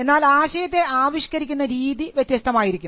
എന്നാൽ ആശയത്തെ ആവിഷ്കരിക്കുന്ന രീതി വ്യത്യസ്തമായിരിക്കും